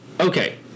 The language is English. Okay